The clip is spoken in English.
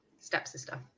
stepsister